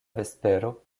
vespero